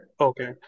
Okay